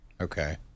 Okay